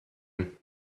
him